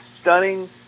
stunning